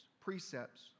precepts